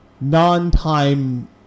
non-time